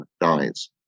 dies